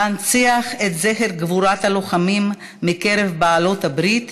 "להנציח את זכר גבורת הלוחמים מקרב בעלות הברית,